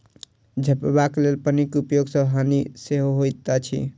झपबाक लेल पन्नीक उपयोग सॅ हानि सेहो होइत अछि